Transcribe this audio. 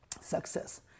success